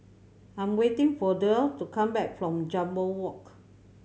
I'm waiting for Derl to come back from Jambol Walk